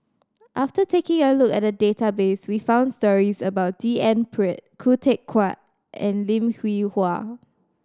after taking a look at the database we found stories about D N Pritt Khoo Teck Puat and Lim Hwee Hua